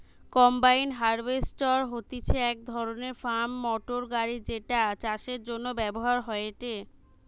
combine harvester হতিছে এক ধরণের ফার্ম মোটর গাড়ি যেটা চাষের জন্য ব্যবহার হয়েটে